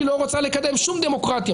היא לא רוצה לקדם שום דמוקרטיה,